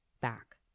back